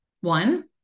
One